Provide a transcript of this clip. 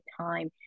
time